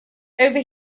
over